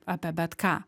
apie bet ką